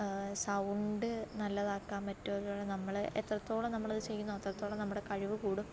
sound നല്ലതാക്കാൻ പറ്റു നമ്മള് എത്രത്തോളം നമ്മളത് ചെയ്യുന്നോ അത്രത്തോളം നമ്മുടെ കഴിവ് കൂടും